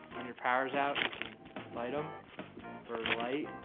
when your power is out you can light them for light.